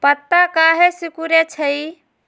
पत्ता काहे सिकुड़े छई?